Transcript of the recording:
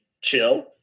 chill